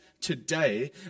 today